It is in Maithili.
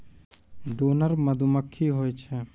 ड्रोन नर मधुमक्खी होय छै